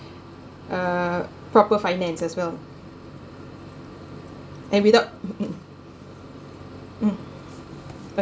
uh proper finance as well and without uh uh